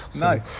no